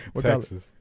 Texas